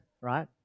Right